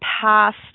past